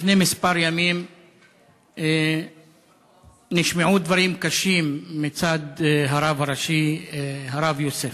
לפני כמה ימים נשמעו דברים קשים מצד הרב הראשי הרב יוסף,